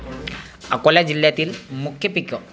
अकोला जिल्ह्यातील मुख्य पिकं